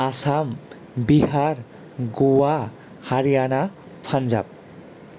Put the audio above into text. Assam Bihar Goa Haryana Punjab